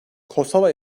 kosova